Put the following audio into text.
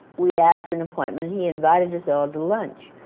we asked for an appointment, and he invited us all to lunch.